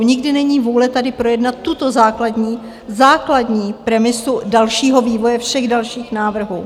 Nikdy není vůle tady projednat tuto základní premisu dalšího vývoje, všech dalších návrhů.